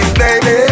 baby